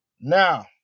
Now